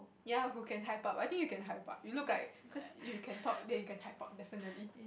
ya who can hype up I think you can hype up you look like cause you can talk then you can hype up definitely